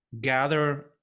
gather